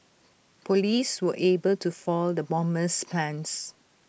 Police were able to foil the bomber's plans